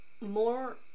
more